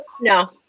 no